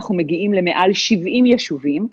אנחנו מגיעים למעל 70 יישובים,